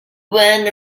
one